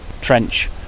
trench